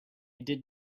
did